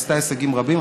עשתה הישגים רבים,